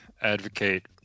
advocate